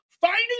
finding